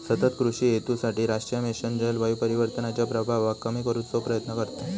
सतत कृषि हेतूसाठी राष्ट्रीय मिशन जलवायू परिवर्तनाच्या प्रभावाक कमी करुचो प्रयत्न करता